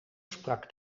sprak